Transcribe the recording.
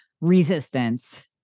resistance